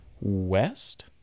west